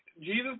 Jesus